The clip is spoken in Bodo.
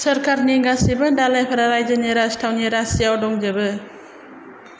सोरकारनि गासैबो दालाइफ्रा रायजोनि राजथावनि राचीआव दंजोबो